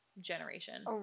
generation